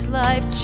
life